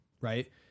right